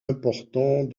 important